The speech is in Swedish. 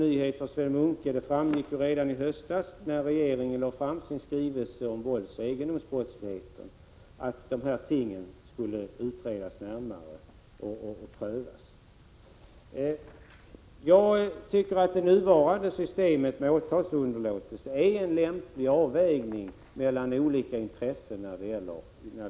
Det framgick redan i höstas, när regeringen lade fram sin skrivelse om våldsoch egendomsbrottsligheten, att dessa ting skulle utredas närmare och prövas. Jag tycker att det nuvarande systemet med åtalsunderlåtelse är en lämplig avvägning mellan olika intressen i rättstillämpningen.